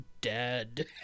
dead